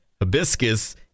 hibiscus